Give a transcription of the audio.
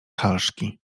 halszki